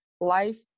life